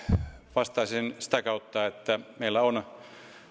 vastaisin sitä kautta että meillä on